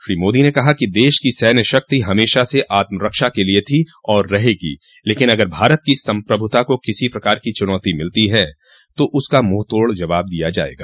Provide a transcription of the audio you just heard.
श्री मोदी ने कहा कि देश की सैन्य शक्ति हमेशा से आत्मरक्षा के लिए थी और रहेगी लेकिन अगर भारत की संप्रभुता को किसी प्रकार की चुनौती मिलती है तो उसका मुंहतोड़ जवाब दिया जायेगा